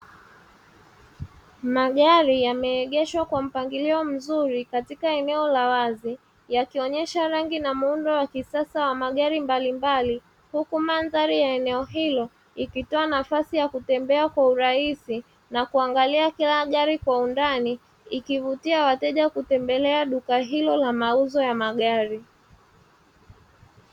Magari yameegeshwa kwa mpangilio mzuri katika eneo la wazi yakionyesha rangi na muundo wa kisasa wa magari mbalimbali, huku mandhari ya eneo hilo ikitoa nafasi ya kutembea kwa urahisi, na kuangalia kila gari kwa undani ikivutia wateja kutembelea duka hilo la mauzo ya magari.